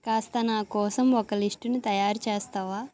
కాస్త నా కోసం ఒక లిస్టును తయారు చేస్తావా